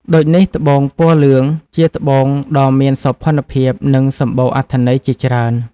ដូចនេះត្បូងពណ៌លឿង ជាត្បូងដ៏មានសោភ័ណភាព និងសម្បូរអត្ថន័យជាច្រើន។